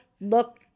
look